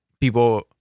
people